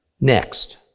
Next